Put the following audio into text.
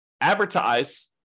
advertise